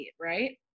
right